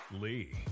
Lee